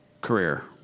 career